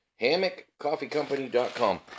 HammockCoffeeCompany.com